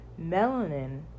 Melanin